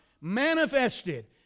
manifested